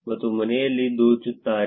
ಮತ್ತು ಮನೆಯನ್ನು ದೋಚುತ್ತಾರೆ